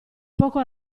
poco